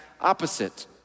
opposite